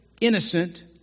innocent